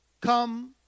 Come